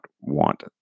want